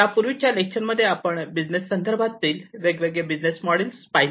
यापूर्वीच्या लेक्चरमध्ये आपण बिजनेस संदर्भात वेगवेगळे बिजनेस मॉडेल्स पाहिले